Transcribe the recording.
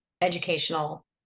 educational